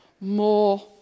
more